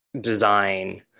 design